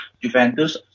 Juventus